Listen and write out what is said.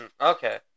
Okay